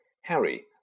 Harry